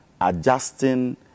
adjusting